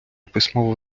письмова